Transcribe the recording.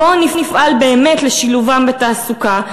בואו נפעל באמת לשילובם בתעסוקה.